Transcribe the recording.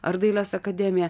ar dailės akademiją